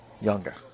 Younger